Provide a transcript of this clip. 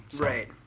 Right